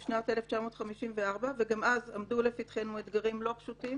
בשנת 1954 - וגם אז עמדו לפתחנו אתגרים לא פשוטים